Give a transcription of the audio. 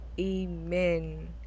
amen